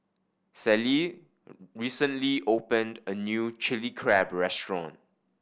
Celie recently opened a new Chili Crab restaurant